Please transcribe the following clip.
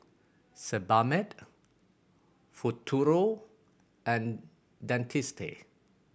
Sebamed Futuro and Dentiste